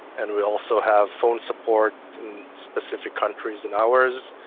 and we also have phone support in specific countries and hours.